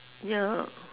ya